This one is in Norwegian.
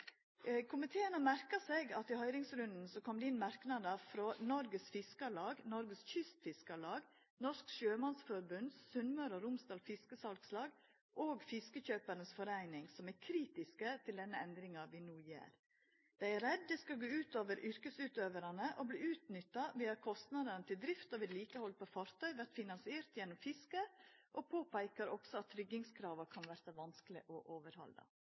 Komiteen har merka seg at i høyringsrunden kom det inn merknadar frå Norges Fiskarlag, Norges Kystfiskarlag, Norsk Sjømannsforbund, Sunnmøre og Romsdal Fiskesalslag og Fiskekjøpernes Forening som er kritiske til denne endringa vi no gjer. Dei er redde det skal gå ut over yrkesutøvarane, at desse skal verta utnytta ved at kostnadane til drift og vedlikehald av fartøy vert finansierte gjennom fiske, og dei påpeikar også at tryggingskrava kan verta vanskelege å overhalda.